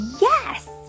Yes